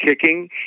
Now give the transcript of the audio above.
kicking